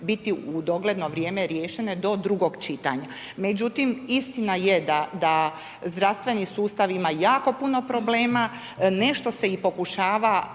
biti u dogledno vrijeme riješene do drugog čitanja. Međutim, istina je da zdravstveni sustav ima jako puno problema, nešto se i pokušava